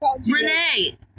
Renee